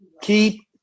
keep